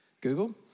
Google